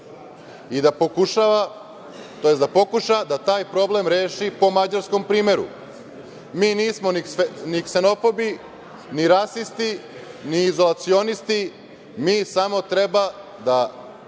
na Mađarsku i da pokuša da taj problem reši po mađarskom primeru. Mi nismo ni ksenofobi ni rasisti ni izolacionisti, mi samo treba da